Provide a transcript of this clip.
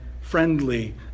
friendly